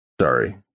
sorry